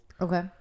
Okay